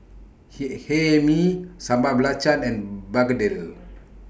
He Hae Mee Sambal Belacan and Begedil